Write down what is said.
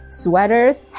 sweaters